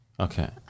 Okay